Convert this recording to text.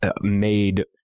made